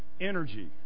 energy